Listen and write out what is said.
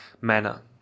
Manner